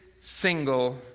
single